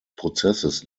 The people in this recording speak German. prozesses